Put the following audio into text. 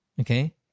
Okay